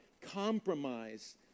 compromise